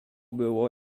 było